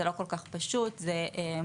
זה לא כל כך פשוט אלא זה מורכב.